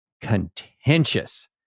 contentious